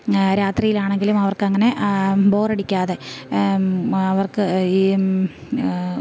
രാത്രിയിലാണെങ്കിലും അവർക്കങ്ങനെ ബോറടിക്കാതെ അവർക്ക് ഈ